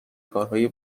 کارهای